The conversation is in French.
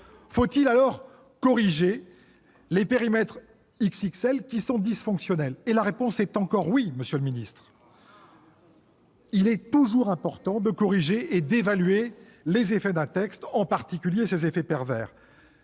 Faut-il alors corriger les périmètres « XXL » qui sont dysfonctionnels ? La réponse est encore oui, monsieur le ministre ! Il est toujours important de corriger et d'évaluer les effets d'un texte, en particulier ses effets pervers.